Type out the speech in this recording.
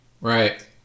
Right